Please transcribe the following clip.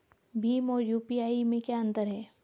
भीम और यू.पी.आई में क्या अंतर है?